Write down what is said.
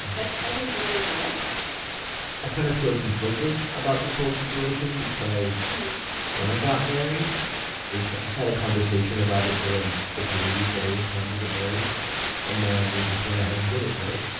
that's i think really nice i kind of feel conflicted about this whole situation because when i got married we just had a conversation about it and then just agreed that it was time to get married and then we just went ahead and did it right.